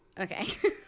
Okay